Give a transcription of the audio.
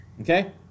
Okay